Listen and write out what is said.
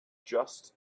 just